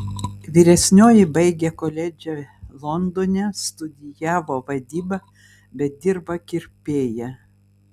vyresnioji baigė koledžą londone studijavo vadybą bet dirba kirpėja